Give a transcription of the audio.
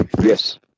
Yes